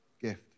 gift